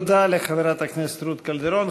תודה לחברת הכנסת רות קלדרון.